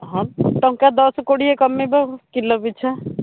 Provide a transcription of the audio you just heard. ହଁ ଟଙ୍କା ଦଶ କୋଡ଼ିଏ କମିଇବି କିଲୋ ପିଛା